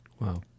Wow